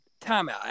timeout